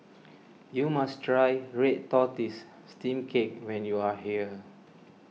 you must try Red Tortoise Steamed Cake when you are here